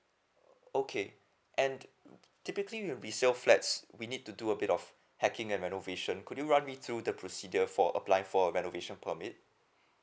okay and typically when we sell flats we need to do a bit of hacking and renovation could you run me through the procedure for apply for renovation permit